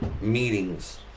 meetings